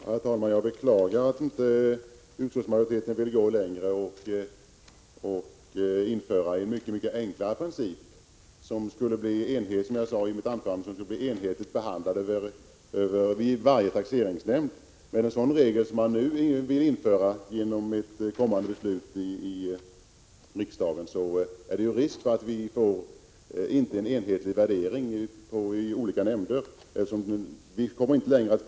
Herr talman! Jag beklagar att inte utskottsmajoriteten vill gå längre och införa en mycket enklare princip, som skulle innebära enhetlig behandling vid varje taxeringsnämnd. Med en sådan regel som regeringen nu vill införa genom det förestående riksdagsbeslutet uppstår risk för att värderingen i olika nämnder inte blir enhetlig.